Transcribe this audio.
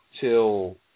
till